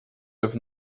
have